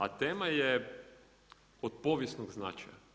A tema je od povijesnog značaja.